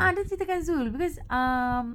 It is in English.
ah dia ceritakan zul because um